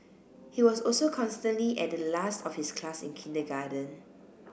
he was also constantly at the last of his class in kindergarten